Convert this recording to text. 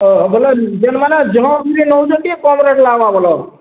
ହଁ ହଁ ବୋଲେ ଗେଣ୍ଡୁ ମାନେ ଯିଏ ନେଉଛନ୍ତି ଟିକେ କମ୍ ରେଟ୍ ଲାଗବା ଭଲ ହେବ